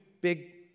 big